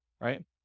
right